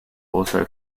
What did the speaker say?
also